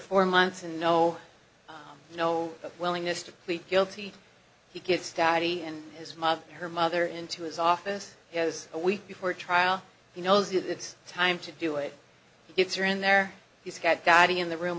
four months and no you know willingness to plead guilty he gets daddy and his mother and her mother into his office he has a week before trial he knows it it's time to do it it's are in there he's got daddy in the room